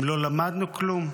האם לא למדנו כלום?